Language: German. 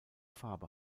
farbe